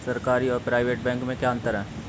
सरकारी और private bank में क्या अंतर है?